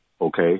okay